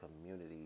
community